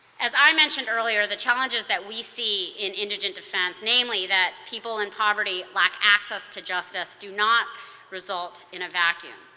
as i mentioned earlier, the challenges we see in indigent defense, mainly that people in poverty lack access to justice, do not result in a vacuum.